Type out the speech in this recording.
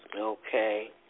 Okay